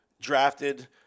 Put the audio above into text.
drafted